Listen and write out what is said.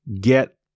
get